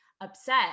upset